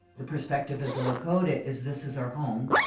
the perspective of the lakota is, this is our home,